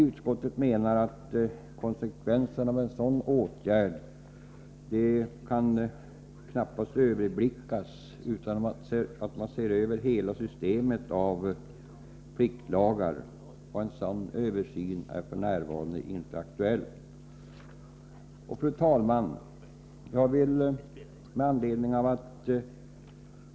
Utskottet menar att konsekvenserna av en sådan åtgärd knappast kan överblickas utan att man ser över hela systemet av pliktlagar, och en sådan översyn är f.n. inte aktuell. Fru talman!